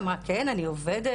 אמרה: 'כן אני עובדת,